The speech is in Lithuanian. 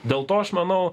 dėl to aš manau